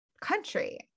country